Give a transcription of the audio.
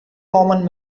common